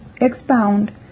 expound